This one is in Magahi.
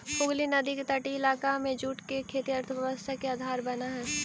हुगली नदी के तटीय इलाका में जूट के खेती अर्थव्यवस्था के आधार बनऽ हई